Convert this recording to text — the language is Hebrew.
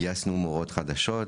גייסנו מורות חדשות,